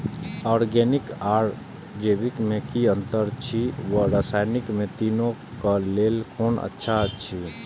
Organic आर जैविक में कि अंतर अछि व रसायनिक में तीनो क लेल कोन अच्छा अछि?